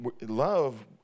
love